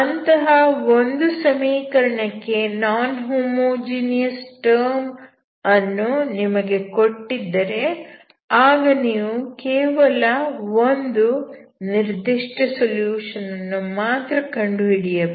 ಅಂತಹ ಒಂದು ಸಮೀಕರಣಕ್ಕೆ ನಾನ್ ಹೋಮೋಜಿನಿಯಸ್ ಟರ್ಮ್ ಅನ್ನು ನಿಮಗೆ ಕೊಟ್ಟಿದ್ದರೆ ಆಗ ನೀವು ಕೇವಲ ಒಂದು ನಿರ್ದಿಷ್ಟ ಸೊಲ್ಯೂಷನ್ ಅನ್ನು ಮಾತ್ರ ಕಂಡುಹಿಡಿಯಬೇಕು